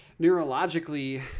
neurologically